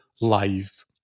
life